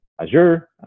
Azure